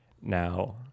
Now